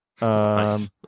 Nice